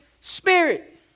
spirit